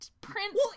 Prince